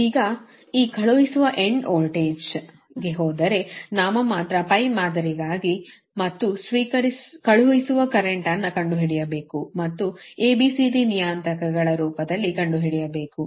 ಈಗ ಈ ಕಳುಹಿಸುವ ಎಂಡ್ ವೋಲ್ಟೇಜ್ ಗೆ ಹೋದರೆ ನಾಮಮಾತ್ರ ಮಾದರಿಗಾಗಿ ಮತ್ತು ಕಳುಹಿಸುವ ಕರೆಂಟ್ ಅನ್ನು ಕಂಡುಹಿಡಿಯಬೇಕು ಮತ್ತು A B C D ನಿಯತಾಂಕಗಳ ರೂಪದಲ್ಲಿ ಕಂಡುಹಿಡಿಯಬೇಕು